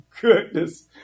goodness